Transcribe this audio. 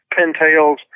pintails